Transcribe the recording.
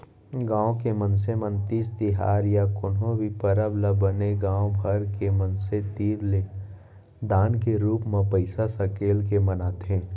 गाँव के मनसे मन तीज तिहार या कोनो भी परब ल बने गाँव भर के मनसे तीर ले दान के रूप म पइसा सकेल के मनाथे